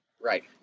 Right